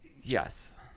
Yes